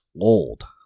old